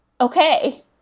okay